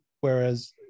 whereas